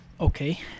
Okay